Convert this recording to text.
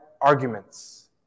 arguments